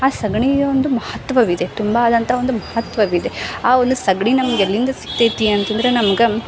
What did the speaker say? ಆ ಸಗಣಿಗೊಂದು ಮಹತ್ವವಿದೆ ತುಂಬ ಆದಂಥ ಒಂದು ಮಹತ್ವವಿದೆ ಆ ಒಂದು ಸಗಣಿ ನಮ್ಗೆ ಎಲ್ಲಿಂದ ಸಿಗ್ತೈತಿ ಅಂತಂದ್ರೆ ನಮ್ಗೆ